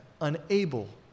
unable